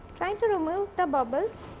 trying to remove the bubbles